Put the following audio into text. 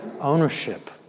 ownership